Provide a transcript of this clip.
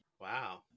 Wow